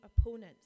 opponents